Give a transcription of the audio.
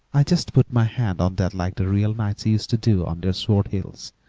i just put my hand on that like the real knights used to do on their sword-hilts,